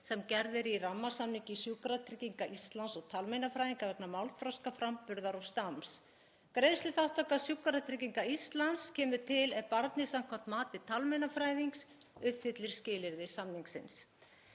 sem gerð eru í rammasamningi Sjúkratrygginga Íslands og talmeinafræðinga vegna málþroska, framburðar og stams. Greiðsluþátttaka Sjúkratrygginga Íslands kemur til ef barnið, samkvæmt mati talmeinafræðings, uppfyllir skilyrði samningsins.